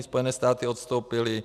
Spojené státy odstoupily.